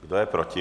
Kdo je proti?